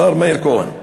השר מאיר כהן.